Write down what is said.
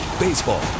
Baseball